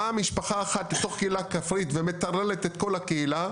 באה משפחה אחת לתוך קהילה כפרית ומטרללת את כל הקהילה,